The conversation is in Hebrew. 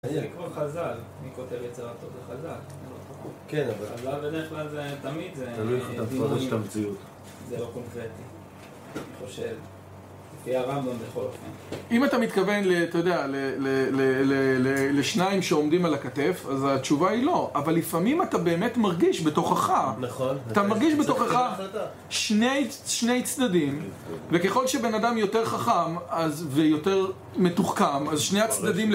זה כמו חז"ל. מי כותב יצירתו, זה חז"ל. כן אבל חז"ל בדרך כלל, זה תמיד זה... תלוי איך אתה מפרש את המציאות. זה לא קונקרטי, אני חושב. זה יהיה הרמב"ם בכל אופן. אם אתה מתכוון, ל... אתה יודע, ל... ל... ל... ל... לשניים שעומדים על הכתף, אז התשובה היא לא. אבל לפעמים אתה באמת מרגיש, בתוכך... נכון. אתה מרגיש בתוכך שני צדדים, וככל שבן אדם יותר חכם אז... ויותר מתוחכם, אז שני הצדדים ל...